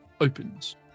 opens